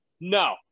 no